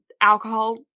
alcohol